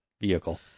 vehicle